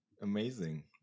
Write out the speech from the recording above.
amazing